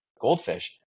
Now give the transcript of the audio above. goldfish